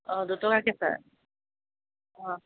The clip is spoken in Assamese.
অঁ দুটকাকে ছাৰ অঁ